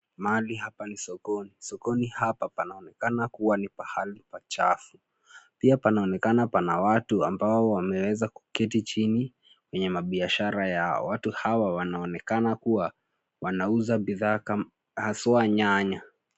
Maanali hapa ni sokoni. Sokoni hapa panaonekana kuwa ni pahali pachafu. Pia panaonekana pana watu ambao wameweza kuketi chini kwenye mabiashara yao. Watu hawa wanaonekana kuwa wanauza bidhaa haswa nyanya.